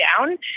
down